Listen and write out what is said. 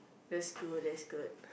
that's good that's good